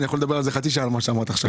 אני יכול לדבר חצי שעה על מה שאמרת עכשיו.